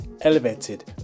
elevated